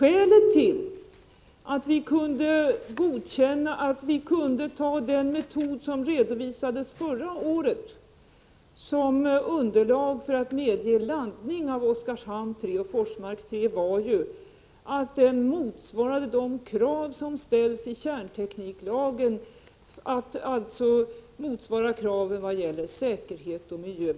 Skälet till att vi kunde använda oss av den metod som redovisades förra året som underlag för att medge laddning av Oskarshamn 3 och Forsmark 3 var ju att den motsvarade de krav när det gäller säkerhet och miljö som ställs i kärntekniklagen.